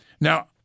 Now